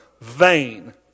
vain